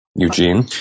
Eugene